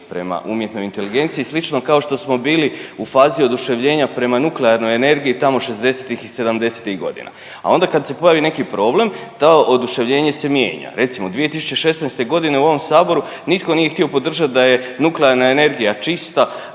prema umjetnoj inteligenciji slično kao što smo bili u fazi oduševljenja prema nuklearnoj energiji tamo '60.-tih i '70.-tih godina, a onda kad se pojavi neki problem to oduševljenje se mijenja. Recimo 2016. godine u ovom saboru nitko nije htio podržati da je nuklearna energija čista,